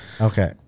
okay